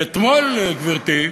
ואתמול, גברתי,